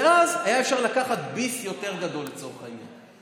ואז אפשר היה לקחת ביס יותר גדול, לצורך העניין.